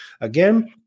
Again